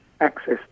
access